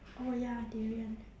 oh ya darrien